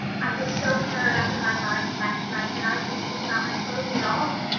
i was so harrowed up in my mind last night that i didn't think about my clothes at all,